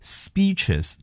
speeches